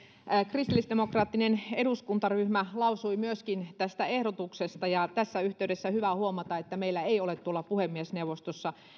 kristillisdemokraattinen eduskuntaryhmä lausui myöskin tästä ehdotuksesta ja tässä yhteydessä on hyvä huomata että meillä ei ole puhemiesneuvostossa